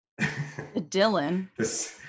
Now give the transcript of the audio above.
dylan